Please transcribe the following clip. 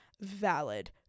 valid